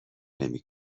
نمی